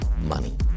Money